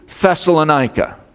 Thessalonica